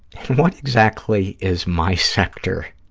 what exactly is my sector?